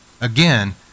again